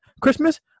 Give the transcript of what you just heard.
christmas